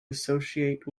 associate